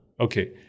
Okay